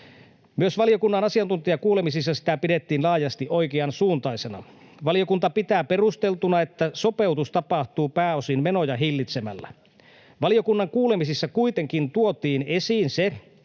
Myös valiokunnan asiantuntijakuulemisissa sitä pidettiin laajasti oikeansuuntaisena. Valiokunta pitää perusteltuna, että sopeutus tapahtuu pääosin menoja hillitsemällä. Valiokunnan kuulemisissa kuitenkin tuotiin esiin,